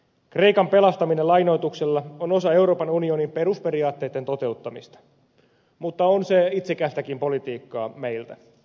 kreikan pelastaminen lainoituksella on osa euroopan unionin perusperiaatteitten toteuttamista mutta on se itsekästäkin politiikkaa meiltä